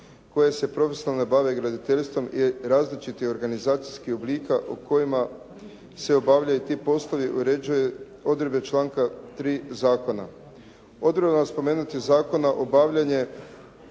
koje se profesionalno bave graditeljstvom i različitih organizacijskih oblika u kojima se obavljaju ti poslovi uređuje odredbe članka 3. zakona. Odredbom spomenutih zakona obavljanje